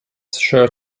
sure